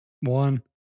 One